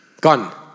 gone